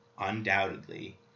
undoubtedly –